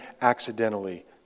accidentally